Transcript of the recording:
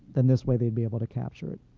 then this way they'd be able to capture it.